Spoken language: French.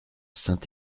saint